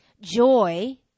joy